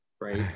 right